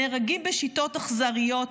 נהרגים בשיטות אכזריות,